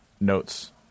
notes